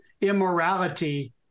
immorality